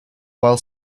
while